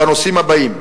בנושאים הבאים: